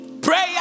Prayer